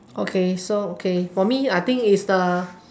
okay so okay for me I think is the